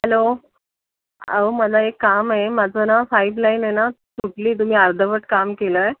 hello आहो मला एक काम आहे माझं ना फाईपलाईन आहे ना तुटली तुम्ही अर्धवट काम केलं आहे